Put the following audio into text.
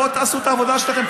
בואו תעשו את העבודה שלכם,